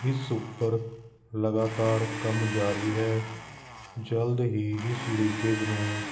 ਇਸ ਉੱਪਰ ਲਗਾਤਾਰ ਕੰਮ ਜਾਰੀ ਹੈ ਜਲਦ ਹੀ ਇਸ ਲੀਕੇਜ ਨੂੰ